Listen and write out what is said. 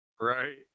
Right